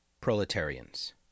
proletarians